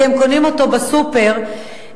כי הם קונים בסופר באקירוב,